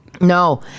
No